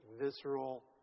visceral